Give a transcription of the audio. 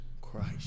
Christ